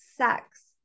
Sex